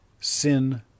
sin